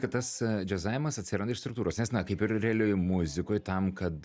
kad tas džiazavimas atsiranda iš struktūros nes na kaip ir realioj muzikoj tam kad